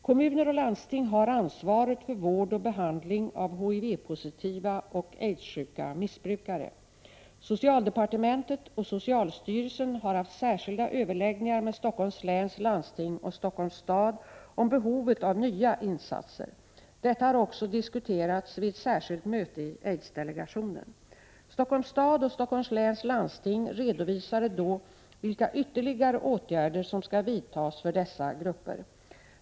Kommuner och landsting har ansvaret för vård och behandling av HIV-positiva och aidssjuka missbrukare. Socialdepartementet och socialstyrelsen har haft särskilda överläggningar med Stockholms läns landsting och Stockholms stad om behovet av nya insatser. Detta har också diskuterats vid ett särskilt möte i aidsdelegationen. Stockholms stad och Stockholms läns landsting redovisade då vilka ytterligare åtgärder som skall vidtas för dessa grupper.